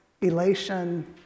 elation